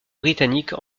britannique